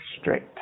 straight